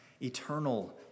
eternal